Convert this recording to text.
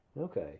Okay